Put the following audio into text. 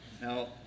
Now